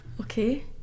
Okay